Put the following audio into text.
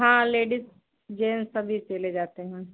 हाँ ladies gents सभी सिले जाते हैं